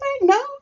No